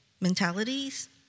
mentalities